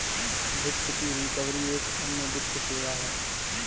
वित्त की रिकवरी एक अन्य वित्तीय सेवा है